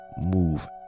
move